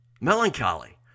Melancholy